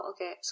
Okay